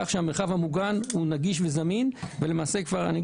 שהמרחב המוגן הוא נגיש וזמין ולמעשה אני אומר